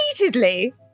Repeatedly